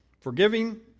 Forgiving